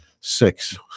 Six